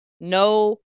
no